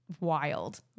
wild